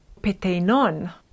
peteinon